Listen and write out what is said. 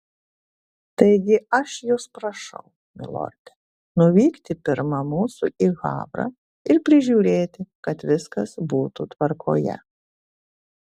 taigi aš jus prašau milorde nuvykti pirma mūsų į havrą ir prižiūrėti kad viskas būtų tvarkoje